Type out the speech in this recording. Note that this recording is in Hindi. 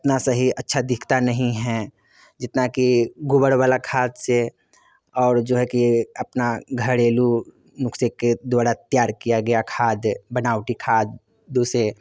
उतने सही अच्छे दिखते नहीं है जितना कि गोबर वाला खाद से और जो है कि अपने घरेलू नुस्क़े के द्वारा तैयार किया गया खाद बनावटी खादों से